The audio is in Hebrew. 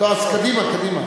אז קדימה, קדימה.